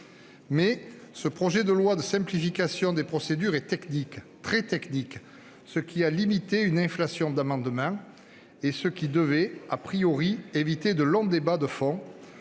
ce projet de loi de simplification des procédures est technique- très technique -ce qui a limité l'inflation d'amendements et ce qui devait,, éviter de longs débats de fond